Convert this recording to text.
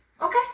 Okay